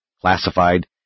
classified